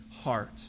heart